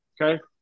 okay